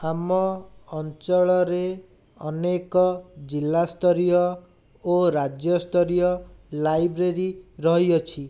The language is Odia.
ଆମ ଅଞ୍ଚଳରେ ଅନେକ ଜିଲ୍ଲାସ୍ତରୀୟ ଓ ରାଜ୍ୟସ୍ତରୀୟ ଲାଇବ୍ରେରୀ ରହିଅଛି